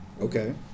okay